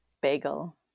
Bagel